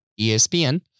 ESPN